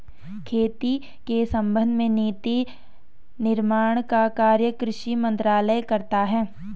खेती के संबंध में नीति निर्माण का काम कृषि मंत्रालय करता है